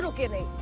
so give me